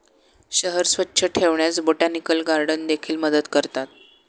शहर स्वच्छ ठेवण्यास बोटॅनिकल गार्डन देखील मदत करतात